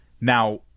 Now